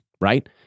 right